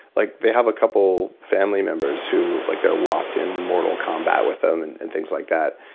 like they have a couple family members who, like they're locked in mortal combat with them and and things like that.